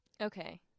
Okay